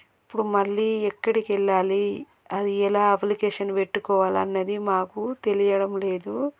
ఇప్పుడు మళ్ళీ ఎక్కడికి వెళ్ళాలి అది ఎలా అప్లికేషన్ పెట్టుకోవాలి అన్నది మాకు తెలియడం లేదు